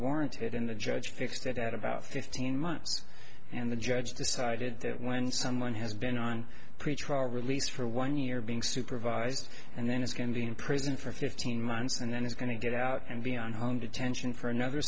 warranted and the judge fixed it at about fifteen months and the judge decided that when someone has been on pretrial release for one year being supervised and then is going to be in prison for fifteen months and then he's going to get out and be on hundred tension for another